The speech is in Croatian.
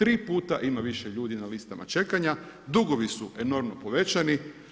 Tri puta ima više ljudi na listama čekanja, dugovi su enormno povećani.